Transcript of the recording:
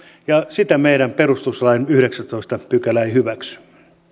ja sitä meidän perustuslain yhdeksästoista pykälä ei hyväksy